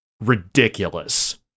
ridiculous